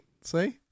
See